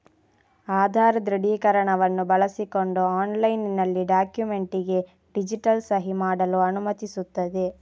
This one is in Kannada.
ಆಧಾರ್ ದೃಢೀಕರಣವನ್ನು ಬಳಸಿಕೊಂಡು ಆನ್ಲೈನಿನಲ್ಲಿ ಡಾಕ್ಯುಮೆಂಟಿಗೆ ಡಿಜಿಟಲ್ ಸಹಿ ಮಾಡಲು ಅನುಮತಿಸುತ್ತದೆ